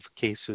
cases